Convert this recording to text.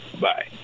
Bye